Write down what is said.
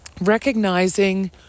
recognizing